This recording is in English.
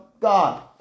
God